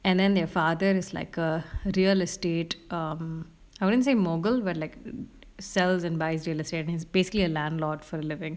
and then their father is like a real estate um I wouldn't say mogule but like sells and buy real estate basically a landlord for living